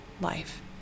life